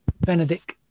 Benedict